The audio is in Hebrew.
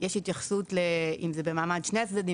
יש התייחסות אם זה במעמד שני הצדדים,